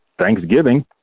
thanksgiving